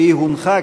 והיא הונחה,